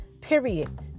Period